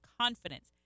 confidence